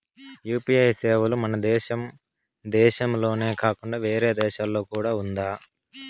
UPI సేవలు మన దేశం దేశంలోనే కాకుండా వేరే దేశాల్లో కూడా ఉందా?